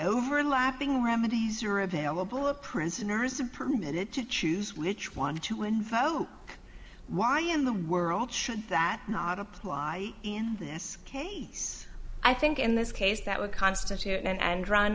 overlapping remedies are available a prisoner is a permitted to choose which one to invoke why in the world should that not apply in this case i think in this case that would constitute an en